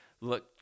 Look